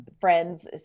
friends